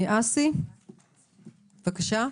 בבקשה,